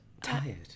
tired